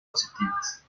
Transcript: positivas